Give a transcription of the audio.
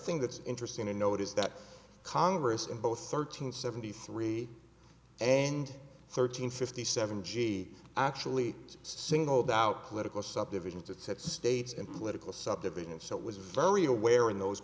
thing that's interesting to note is that congress in both thirteen seventy three and thirteen fifty seven g actually singled out political subdivisions that said states and political subdivisions so it was very aware in those